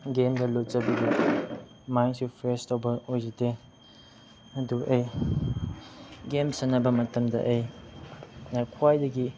ꯒꯦꯝꯗ ꯂꯨꯞꯁꯤꯟꯈꯤꯕꯒꯤ ꯃꯥꯏꯟꯁꯨ ꯐ꯭ꯔꯦꯁ ꯑꯣꯏꯕ ꯑꯣꯏꯗꯦ ꯑꯗꯨ ꯑꯩ ꯒꯦꯝ ꯁꯥꯟꯅꯕ ꯃꯇꯝꯗ ꯑꯩꯅ ꯈ꯭ꯋꯥꯏꯗꯒꯤ